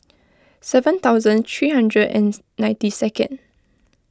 seven thousand three hundred and ninety second